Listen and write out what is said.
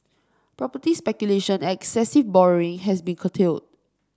property speculation and excessive borrowing has been curtailed